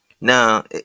Now